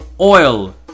oil